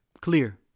Clear